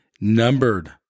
numbered